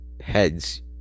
heads